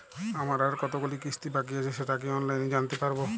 আমার আর কতগুলি কিস্তি বাকী আছে সেটা কি অনলাইনে জানতে পারব?